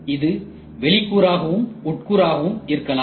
அது வெளி கூறாகவும் உட்கூறாகவும் இருக்கலாம்